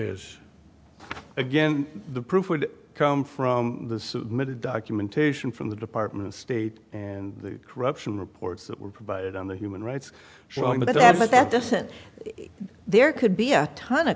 is again the proof would come from the submitted documentation from the department of state and the corruption reports that were provided on the human rights short that but that doesn't mean there could be a ton of